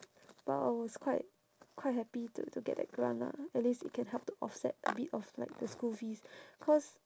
but I was quite quite happy to to get that grant lah at least it can help to offset a bit of like the school fees cause